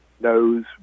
knows